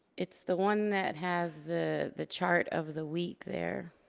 it's the one that has the the chart of the week there.